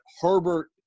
Herbert